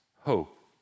hope